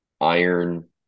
iron